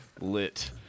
lit